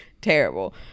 terrible